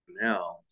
now